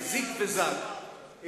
זיג וזג.